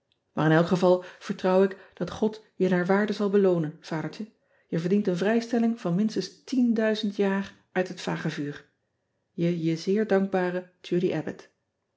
aar in elk geval vertrouw ik dat od je naar waarde zal beloonen adertje e verdient con vrijstelling van minstens jaar uit het vagevuur e je zeer dankbare